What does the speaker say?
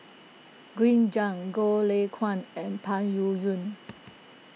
Green Zeng Goh Lay Kuan and Peng Yuyun